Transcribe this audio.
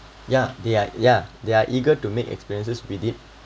yeah they are yeah they are eager to make experiences with it